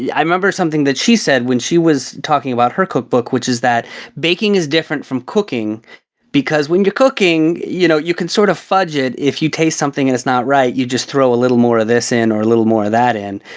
yeah i remember something that she said when she was talking about her cookbook which is that baking is different from cooking because when you're cooking, you know, you can sort of fudge it if you taste something and that's not right, you just throw a little more of this in or a little more that in.